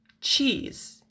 cheese